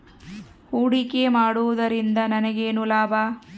ಹೂಡಿಕೆ ಮಾಡುವುದರಿಂದ ನನಗೇನು ಲಾಭ?